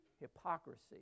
hypocrisy